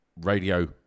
radio